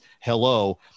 Hello